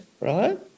right